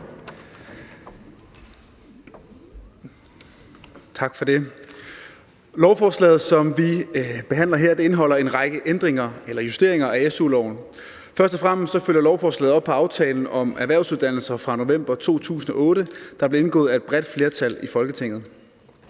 Lovforslaget, som vi behandler her, indeholder en række ændringer eller justeringer af su-loven. Først og fremmest følger lovforslaget op på aftalen om erhvervsuddannelser fra november 2008, der blev indgået af et bredt flertal i Folketinget.